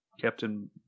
Captain